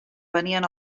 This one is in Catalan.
venien